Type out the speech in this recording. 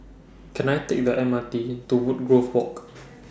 Can I Take The M R T to Woodgrove Walk